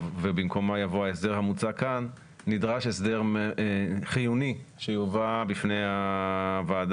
ובמקומה יבוא ההסדר המוצע כאן חיוני שיובא בפני הוועדה,